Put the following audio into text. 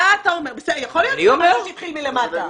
יכול להיות שזה התחיל מלמטה.